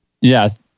Yes